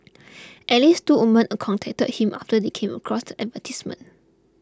at least two women contacted him after they came across the advertisements